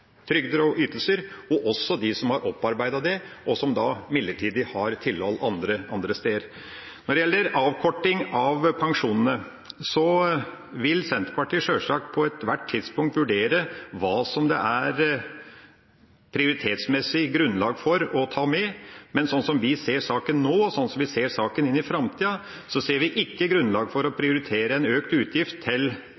trygder og ytelser, også dem som har opparbeidet seg det, og som midlertidig har tilhold andre steder. Når det gjelder avkortning av pensjonene, vil Senterpartiet sjølsagt på ethvert tidspunkt vurdere hva det er prioritetsmessig grunnlag for å ta med, men sånn som vi ser saken nå, og sånn som vi ser saken inn i framtida, ser vi ikke grunnlag for å prioritere en økt utgift til